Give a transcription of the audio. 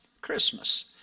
Christmas